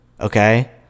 Okay